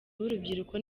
w’urubyiruko